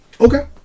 Okay